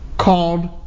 Called